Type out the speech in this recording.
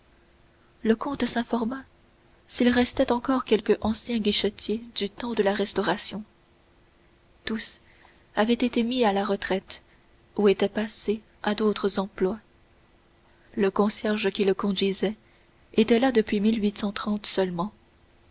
le comte s'informa s'il restait encore quelque ancien guichetier du temps de la restauration tous avaient été mis à la retraite ou étaient passés à d'autres emplois le concierge qui le conduisait était là depuis seulement